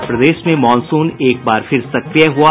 और प्रदेश में मॉनसून एक बार फिर सक्रिय हुआ